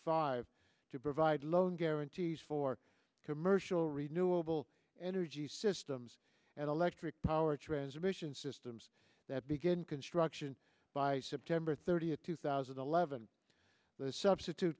five to provide loan guarantees for commercial renewable energy systems and electric power and submission systems that begin construction by september thirtieth two thousand and eleven substitute